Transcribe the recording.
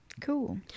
Cool